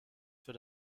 für